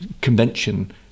convention